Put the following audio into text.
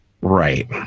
Right